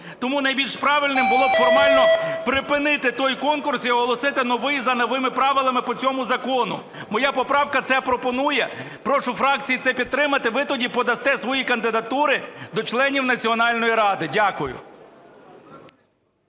Тому найбільш правильним було б формально припинити той конкурс і оголосити новий за новими правилами по цьому закону. Моя поправка це пропонує. Прошу фракції це підтримати. Ви тоді подасте свої кандидатури до членів Національної ради. Дякую.